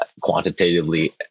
quantitatively